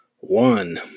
One